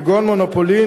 כגון מונופולין,